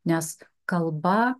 nes kalba